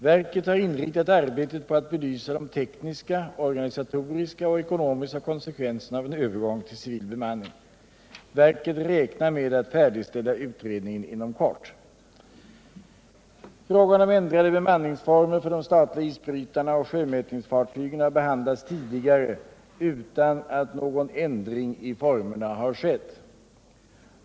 Verket har inriktat arbetet på att belysa de tekniska, organisatoriska och ekonomiska konsekvenserna av en övergång till civil bemanning. Verket räknar med att färdigställa utredningen inom kort. Frågan om ändrade bemanningsformer för de statliga isbrytarna och sjömätningsfartygen har behandlats tidigare utan att någon ändring i formerna har skett.